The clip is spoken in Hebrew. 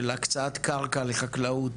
של הקצאת קרקע לחקלאות,